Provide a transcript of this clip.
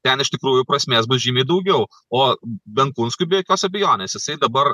ten iš tikrųjų prasmės bus žymiai daugiau o benkunskui be jokios abejonės jisai dabar